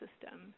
system